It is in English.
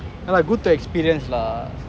yeah lah go to experience lah